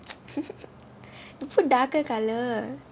you put darker colour